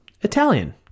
Italian